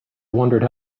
wondered